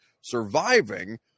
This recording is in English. surviving